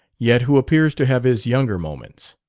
yet who appears to have his younger moments.